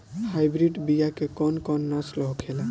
Hybrid बीया के कौन कौन नस्ल होखेला?